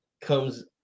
comes